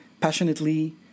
passionately